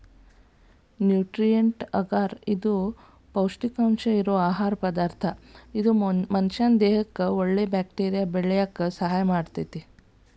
nutrient agar ಇದು ಪೌಷ್ಟಿಕಾಂಶ ಇರೋ ಆಹಾರ ಪದಾರ್ಥ ಇದು ಮನಷ್ಯಾನ ದೇಹಕ್ಕಒಳ್ಳೆ ಬ್ಯಾಕ್ಟೇರಿಯಾ ಬೆಳ್ಯಾಕ ಸಹಾಯ ಆಗ್ತೇತಿ